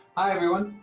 hi everyone,